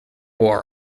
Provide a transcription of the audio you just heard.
war